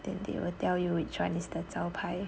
then they will tell you it chinese 的招牌